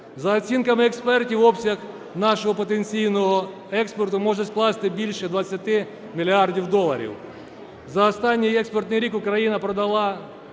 За оцінками експертів обсяг нашого потенційного експорту може скласти більше 20 мільярдів доларів. За останній експортний рік Україна продала